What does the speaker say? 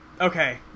Okay